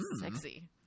Sexy